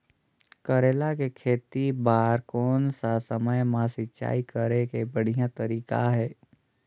करेला के खेती बार कोन सा समय मां सिंचाई करे के बढ़िया तारीक हे?